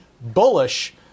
bullish